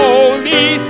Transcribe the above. Holy